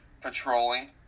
patrolling